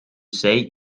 say